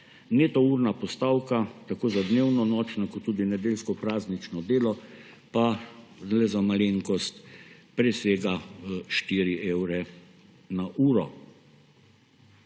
Neto urna postavka tako za dnevno, nočno kot tudi nedeljsko, praznično delo pa le za malenkost presega 4 evre na uro.